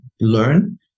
learn